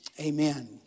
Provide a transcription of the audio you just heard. Amen